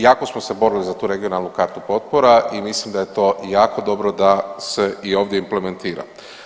Jako smo se borili za tu regionalnu kartu potpora i mislim da je to jako dobro da se i ovdje implementira.